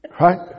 Right